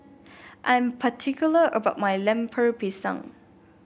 I'm particular about my Lemper Pisang